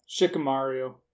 Shikamaru